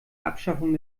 abschaffung